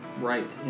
right